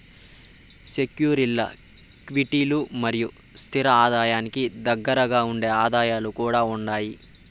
సెక్యూరీల్ల క్విటీలు మరియు స్తిర ఆదాయానికి దగ్గరగుండే ఆదాయాలు కూడా ఉండాయి